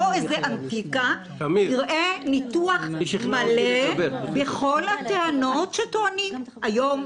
לא איזה ענתיקה יראה ניתוח מלא בכל הטענות שטוענים היום,